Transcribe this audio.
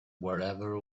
whatever